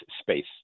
space